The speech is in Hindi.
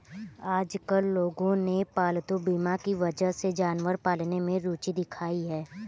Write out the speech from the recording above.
आजकल लोगों ने पालतू बीमा की वजह से जानवर पालने में रूचि दिखाई है